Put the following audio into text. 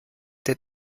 der